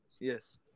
Yes